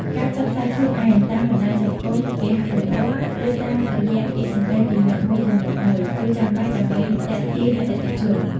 ការផ្សព្វផ្សាយខ្លួនឯង តាមបណ្តាញសង្គម គេហទំព័រ ឬតាមរយៈពាក្យសម្តីពីមាត់មួយទៅមាត់មួយ គឺចាំបាច់ដើម្បីទាក់ទាញអតិថិជន។